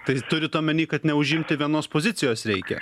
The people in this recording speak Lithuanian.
tai turint omeny kad neužimti vienos pozicijos reikia